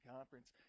Conference